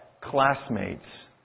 classmates